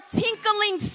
tinkling